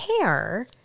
care